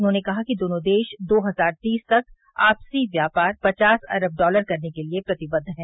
उन्होंने कहा कि दोनों देश दो हजार तीस तक आपसी व्यापार पचास अरब डॉलर करने के लिए प्रतिबद्ध हैं